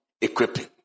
equipping